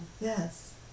Yes